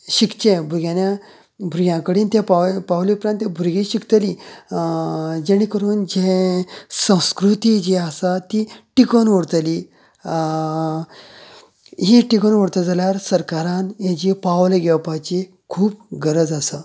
शिकचें भुरग्यांनी भुरग्यां कडेन ते पावल पावले उपरांत ती भुरगीं शिकतली जेणे करून जे संस्कृती जी आसा ती टिकोवन उरतली ही टिकोवन उरतली तर सरकारान ही जी पावलां घेवपाची खूब गरज आसा